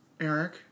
Eric